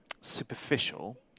superficial